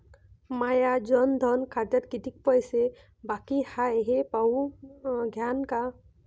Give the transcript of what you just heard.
माया जनधन खात्यात कितीक पैसे बाकी हाय हे पाहून द्यान का?